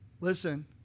Listen